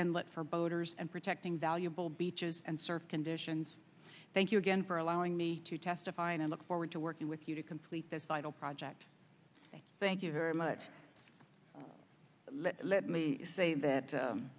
and let for boaters and protecting valuable beaches and surf conditions thank you again for allowing me to testify and i look forward to working with you to complete this vital project thank you very much let me say that